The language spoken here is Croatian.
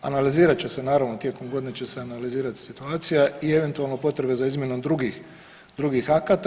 Analizirat će se naravno, tijekom godine će se analizirati situacija i eventualno potrebe za izmjenom drugih akata.